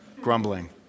Grumbling